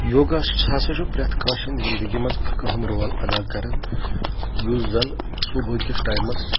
یوگا ہسا چھُ پرٛؠتھ کٲنٛسہِ ہِنٛدِ زندگی منٛز اکھ أہم رول اَدا کَران یُس زَن صبُحہٕ کِس ٹایمَس